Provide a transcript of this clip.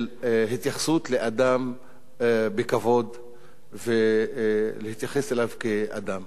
התייחסות לאדם בכבוד ולהתייחס אליו כאדם.